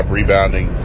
rebounding